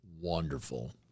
wonderful